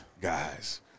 Guys